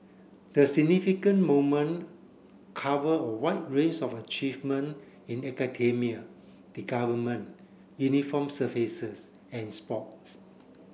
the significant moment cover a wide ranges of achievement in academia the Government uniform services and sports